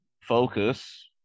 Focus